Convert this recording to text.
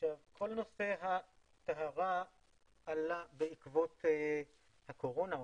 כל נושא הטהרה עלה בעקבות הקורונה או